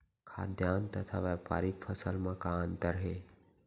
खाद्यान्न तथा व्यापारिक फसल मा का अंतर हे?